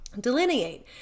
delineate